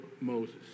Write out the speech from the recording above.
Moses